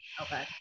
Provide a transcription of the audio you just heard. okay